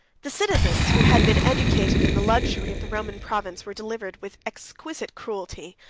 the citizens who had been educated in the luxury of the roman province, were delivered, with exquisite cruelty,